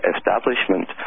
Establishment